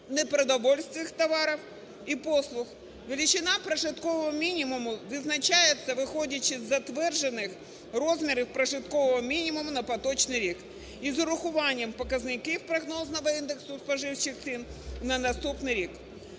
непродовольчих товарів і послуг. Величина прожиткового мінімуму визначається, виходячи із затверджених розмірів прожиткового мінімуму на поточний рік із врахуванням показників прогнозного індексу споживчих цін на наступний рік.